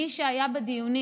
מי שהיו בדיונים